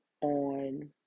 on